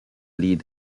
lead